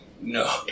No